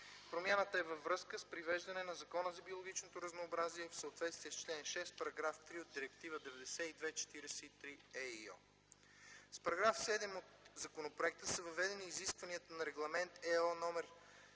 Промяната е във връзка с привеждане на Закона за биологичното разнообразие в съответствие с член 6, параграф 3 от Директива 92/43/ЕИО. С § 7 от законопроекта са въведени изискванията на Регламент (ЕО)